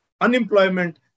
unemployment